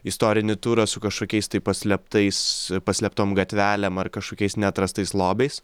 istorinį turą su kažkokiais tai paslėptais paslėptom gatvelėm ar kažkokiais neatrastais lobiais